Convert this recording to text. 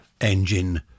engine